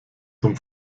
zum